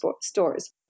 stores